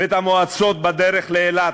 ואת המועצות בדרך לאילת,